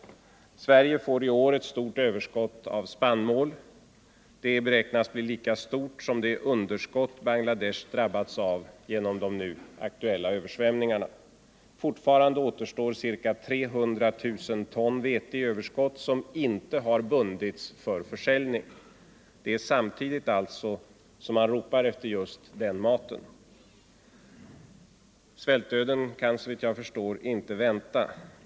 Sverige får i år ett stort överskott av spannmål. Det beräknas bli lika stort som det underskott som Bangladesh drabbats av genom de nu aktuella översvämningarna. Fortfarande återstår ca 300 000 ton vete i överskott som inte har bundits för försäljning. Samtidigt som fattigvärlden alltså ropar efter mat. Svältdöden kan såvitt jag förstår inte vänta.